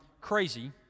crazy